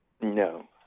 No